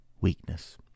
weakness